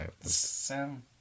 Sam